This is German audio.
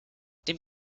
dem